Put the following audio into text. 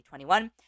2021